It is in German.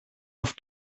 auf